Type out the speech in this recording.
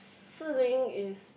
Shilin is